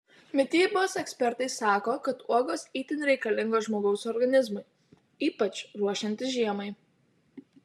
mitybos ekspertai sako kad uogos itin reikalingos žmogaus organizmui ypač ruošiantis žiemai